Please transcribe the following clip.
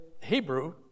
Hebrew